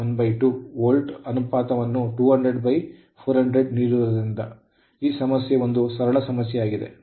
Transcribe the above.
volt ಅನುಪಾತವನ್ನು 200 400 ನೀಡಿರುವುದರಿಂದ ಈ ಸಮಸ್ಯೆ ಒಂದು ಸರಳ ಸಮಸ್ಯೆಯಾಗಿದೆ